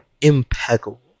Impeccable